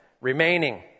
Remaining